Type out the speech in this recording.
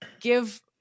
give